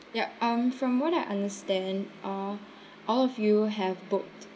yup um from what I understand uh all of you have booked